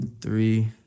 Three